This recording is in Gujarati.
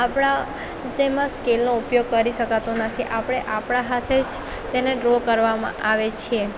આપણાં તેમાં સ્કેલનો ઉપયોગ કરી શકાતો નથી આપણે આપણા હાથે જ તેને ડ્રો કરવામાં આવે છે